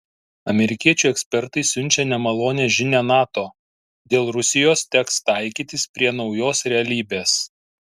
amerikiečių ekspertai siunčia nemalonią žinią nato dėl rusijos teks taikytis prie naujos realybės